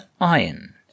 iron